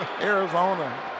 Arizona